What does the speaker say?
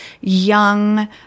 young